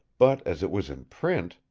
but as it was in print,